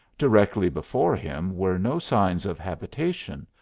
directly before him were no signs of habitation,